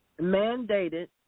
mandated